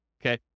okay